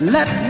Let